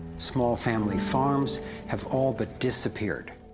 small family farms have all but disappeared.